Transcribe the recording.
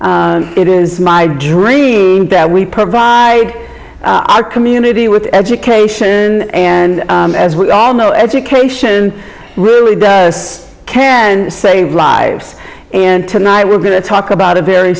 it is my dream that we provide our community with education and as we all know education really does can save lives and tonight we're going to talk about a very